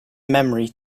memory